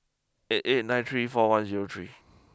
eight eight nine three four one zero three